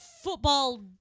football